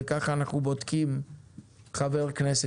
וככה אנחנו בודקים חבר כנסת,